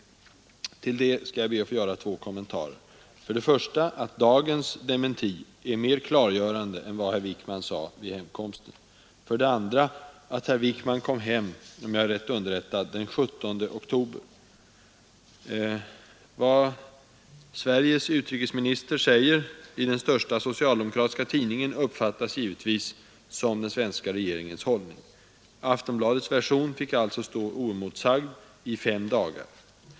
Till det uttalandet skall jag be att få göra två kommentarer. För det första vill jag framhålla att dagens dementi är mer klargörande än det som herr Wickman sade vid hemkomsten. För det andra vill jag peka på att herr Wickman kom hem, om jag är rätt underrättad, den 17 oktober. Vad Sveriges utrikesminister säger i den största socialdemokratiska tidningen uppfattas givetvis som den svenska regeringens hållning. Aftonbladets version fick alltså stå oemotsagd i fem dagar.